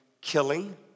killing